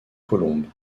colombe